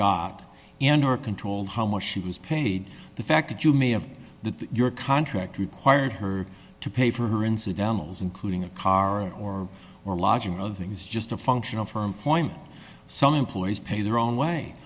got in her control how much she was paid the fact that you may have that your contract required her to pay for her incidentals including a car or or lodging of things just a functional form point some employees pay their own way